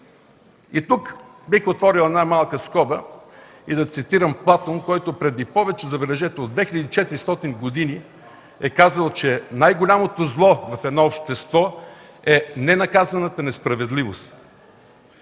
И тук бих отворил една малка скоба да цитирам Платон, който преди повече, забележете, от 2400 години е казал, че най-голямото зло в едно общество е ненаказаната несправедливост.